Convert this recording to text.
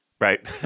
right